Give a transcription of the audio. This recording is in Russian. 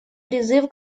призыв